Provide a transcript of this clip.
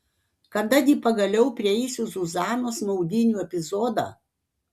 kada gi pagaliau prieisiu zuzanos maudynių epizodą